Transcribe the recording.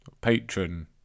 patron